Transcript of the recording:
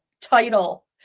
title